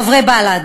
חברי בל"ד